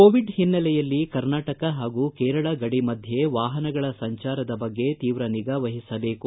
Covid ಓನ್ನೆಲೆಯಲ್ಲಿ ಕರ್ನಾಟಕ ಹಾಗೂ ಕೇರಳ ಗಡಿ ಮಧ್ಯೆ ವಾಹನಗಳ ಸಂಚಾರ ಬಗ್ಗೆ ತೀವ್ರ ನಿಗಾ ವಹಿಸಬೇಕು